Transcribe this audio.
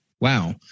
Wow